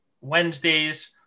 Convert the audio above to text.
Wednesdays